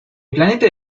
planeta